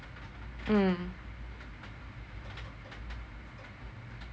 mm